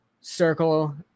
circle